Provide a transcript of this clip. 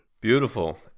Beautiful